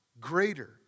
greater